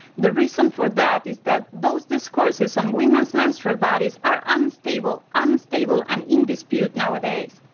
the reason for that is that those discourses on women's menstrual bodies are unstable unstable and in dispute nowadays.